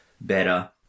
better